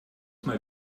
mal